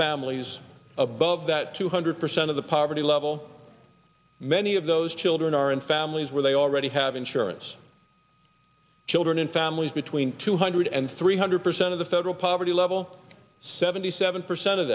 families above that two hundred percent of the poverty level many of those children are in families where they already have insurance children and families between two hundred and three hundred percent of the federal poverty level seventy seven percent of